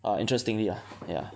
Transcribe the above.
uh interestingly ah ya